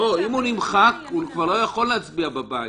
לא, אם הוא נמחק, הוא כבר לא יכול להצביע בבית.